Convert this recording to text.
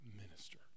minister